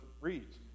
reads